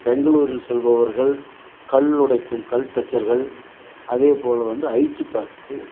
பெங்களூர் செல்பவர்கள் கல் உடைக்கும் கல் தச்சர்கள் அதே போல வந்து ஐடி பார்க்